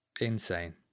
Insane